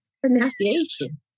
pronunciation